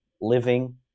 living